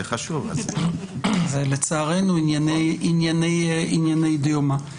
זה לצערנו ענייני דיומא.